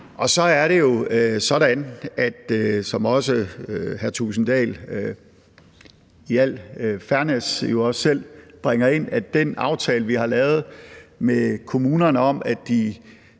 Så er det sådan, som også hr. Jens Henrik Thulesen Dahl i al fairness jo også selv bringer ind, at den aftale, vi har lavet med kommunerne, om, at de